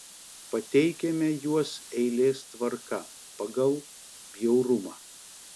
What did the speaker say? pateikiame juos eilės tvarka pagal bjaurumą